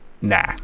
nah